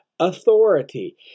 Authority